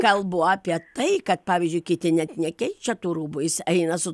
kalbu apie tai kad pavyzdžiui kiti net nekeičia tų rūbų jis eina su